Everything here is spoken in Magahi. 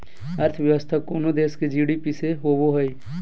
अर्थव्यवस्था कोनो देश के जी.डी.पी से होवो हइ